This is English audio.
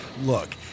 Look